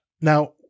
Now